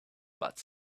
but